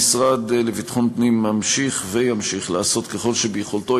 המשרד לביטחון הפנים ממשיך וימשיך לעשות ככל שביכולתו,